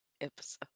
episode